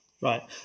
Right